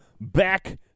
back